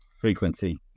frequency